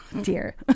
dear